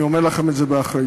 ואני אומר לכם את זה באחריות.